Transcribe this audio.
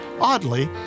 Oddly